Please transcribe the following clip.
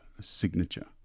signature